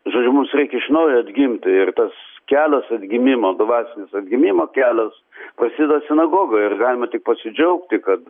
žaidimus reikia iš naujo atgimti ir tas kelias atgimimo dvasinis atgimimo kelias prasideda sinagogoj ir galima tik pasidžiaugti kad